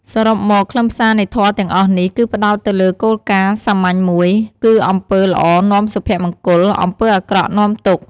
សរុបមក ខ្លឹមសារនៃធម៌ទាំងអស់នេះ គឺផ្តោតទៅលើគោលការណ៍សាមញ្ញមួយ គឺអំពើល្អនាំសុភមង្គល អំពើអាក្រក់នាំទុក្ខ។